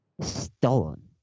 stolen